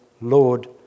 Lord